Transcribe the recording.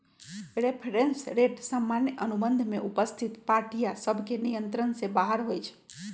reference rate सामान्य अनुबंध में उपस्थित पार्टिय सभके नियंत्रण से बाहर होइ छइ